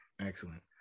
Excellent